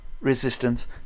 resistance